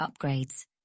upgrades